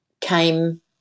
came